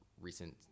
recent